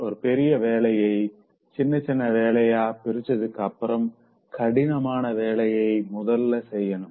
ஒரு பெரிய வேலைய சின்ன சின்ன வேலையா பிரிச்சதுக்கு அப்புறம் கடினமான வேலைய முதல்ல செய்யணும்